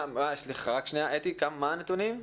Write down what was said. אתי, מה הנתונים?